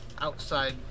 outside